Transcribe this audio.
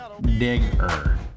Digger